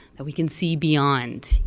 that we can see beyond,